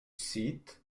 seat